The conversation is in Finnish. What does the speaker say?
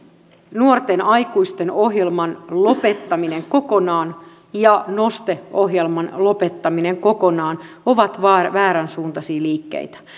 nuorten aikuisten ohjelman lopettaminen kokonaan ja noste ohjelman lopettaminen kokonaan ovat vääränsuuntaisia liikkeitä